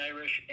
Irish